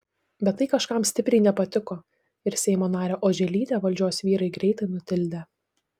bet tai kažkam stipriai nepatiko ir seimo narę oželytę valdžios vyrai greitai nutildė